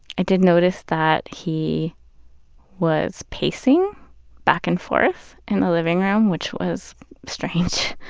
i did notice that he was pacing back and forth in the living room, which was strange.